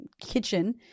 kitchen